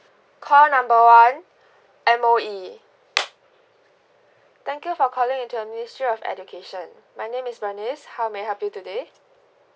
call number one M_O_E thank you for calling into the ministry of education my name is venice how may I help you today